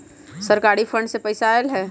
सरकारी फंड से पईसा आयल ह?